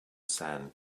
sand